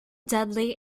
dudley